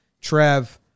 Trev